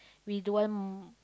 we don't want